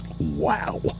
Wow